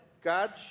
God